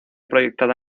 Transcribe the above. proyectada